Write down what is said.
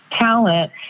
talent